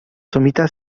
sommità